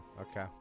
okay